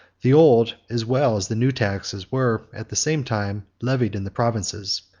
the old as well as the new taxes were, at the same time, levied in the provinces.